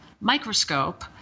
microscope